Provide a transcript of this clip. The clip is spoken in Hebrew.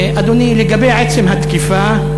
אדוני, לגבי עצם התקיפה,